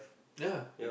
ya